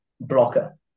blocker